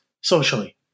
socially